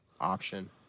option